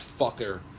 fucker